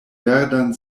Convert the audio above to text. verdan